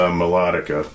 melodica